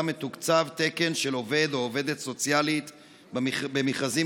מתוקצב תקן של עובד או עובדת סוציאלית במכרזים